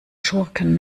schurken